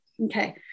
Okay